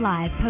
Live